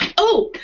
oh!